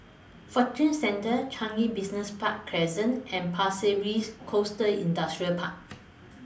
Fortune Centre Changi Business Park Crescent and Pasir Ris Coast Industrial Park